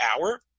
hour